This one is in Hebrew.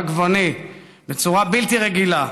רב-גוני בצורה בלתי רגילה,